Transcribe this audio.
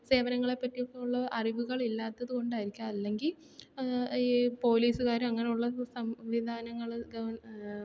സേവനങ്ങളെപ്പറ്റിയൊക്കെ ഉള്ള അറിവുകളില്ലാത്തത് കൊണ്ടായിരിക്കാം അല്ലെങ്കിൽ ഈ പോലീസ്കാർ അങ്ങനെയുള്ള സംവിധാനങ്ങൾ